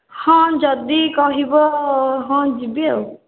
ହଁ ଯଦି କହିବ ହଁ ଯିବି ଆଉ